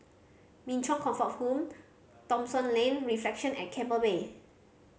Min Chong Comfort Home Thomson Lane Reflection at Keppel Bay